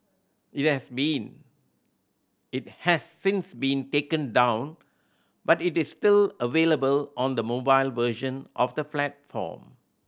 it has been it has since been taken down but it is still available on the mobile version of the platform